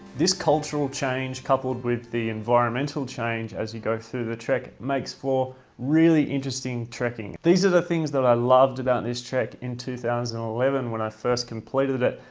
this cultural change, coupled with the environmental change as you go through the trek makes for really interesting trekking. these are the things that i loved about this trek in two thousand and eleven when i first completed it,